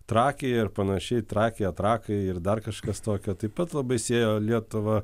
trakija ir panašiai trakija trakai ir dar kažkas tokio taip pat labai siejo lietuvą